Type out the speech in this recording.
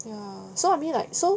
ya I mean like so